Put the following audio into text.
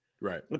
Right